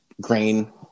grain